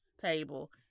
table